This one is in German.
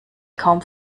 kaum